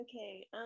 okay